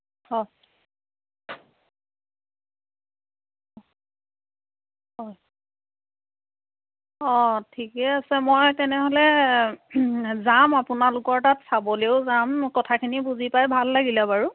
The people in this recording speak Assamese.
অঁ ঠিকেই আছে মই তেনেহ'লে যাম আপোনালোকৰ তাত চাবলৈও যাম কথাখিনি বুজি পাই ভাল লাগিলে বাৰু